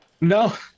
No